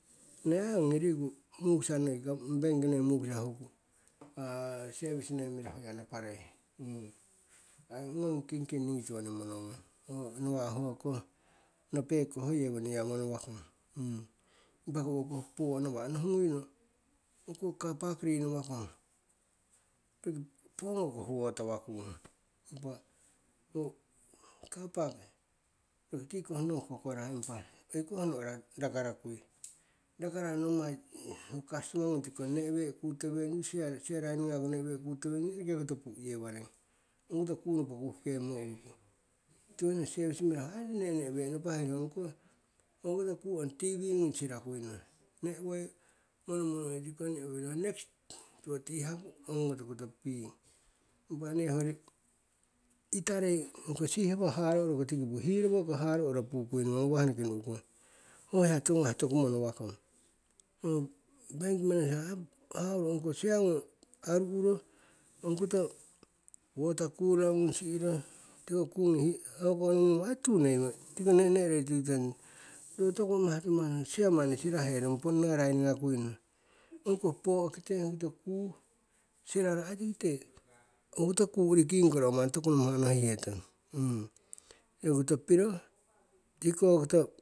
ne ai ongi riku mukisa bank mukisa nei huku service ya mirahu nei naparei ai ngong kingking niingi tiwoning monongong, nawa' ho koh nepeko nawa' ho yewoning ya monowakong. Impa ko owokoh poo' nawa' nohuguino hokoh car park rinawakong roki pongoko huhotawa kung, impa ho carpark roki tikoh no hukahukarah impa oikoh noora rakarakui, rakararo nommai customer ngung tikiko ne'we' kutowengyu, chair rainingaku ne'we' kutowengyu eneke koto pu'yewaring. Ong koto kuu nopo kuhkemmo uruku. Tiwoning ho service mirahu aiho ne'ne'we naparerong owokoto kuu ong tv ngung sirakuino, ne'woi monomonoi tikiko nahaku next, tiwo tihaku ongoto kotoping. Impa ne hoyori itarei, ongko sihawah haro'ro ko oukung, hirawah haro'roko pukuino ngawah noki nu'kong. Ho hiya tiwo ngawah toku monowakong. Ongko bank manager hauro ongko chair ngung aru'ro, ongkoh water cooler ngung aru'ro, tuu neimo tiki ne'ne'roi tuhetong. Ong toku amah timah chair manni siraherong ponna raini ngakuino, siraro ai tikite ro owokoto kuu urikingko ai ro toku namah onohihetong. Roki koto piro tiko koto.